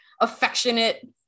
affectionate